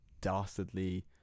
dastardly